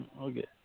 Okay